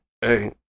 hey